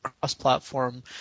cross-platform